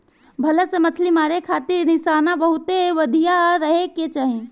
भला से मछली मारे खातिर निशाना बहुते बढ़िया रहे के चाही